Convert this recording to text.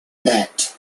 bet